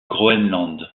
groenland